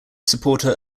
supporter